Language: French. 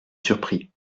surpris